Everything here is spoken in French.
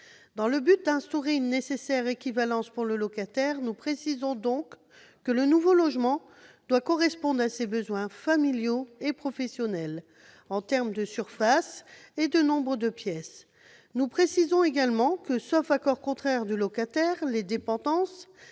Dans le but d'instaurer une nécessaire équivalence pour le locataire, nous précisons donc que le nouveau logement doit correspondre à ses besoins familiaux et professionnels en termes de surface et de nombre de pièces. Nous précisons également que, sauf accord contraire du locataire, les dépendances-